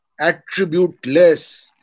attributeless